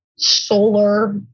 Solar